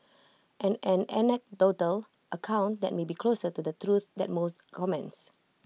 and an anecdotal account that may be closer to the truth than most comments